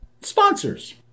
Sponsors